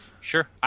Sure